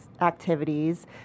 activities